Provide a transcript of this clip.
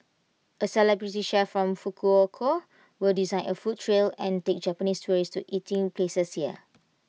A celebrity chef from Fukuoka will design A food trail and take Japanese tourists to eating places here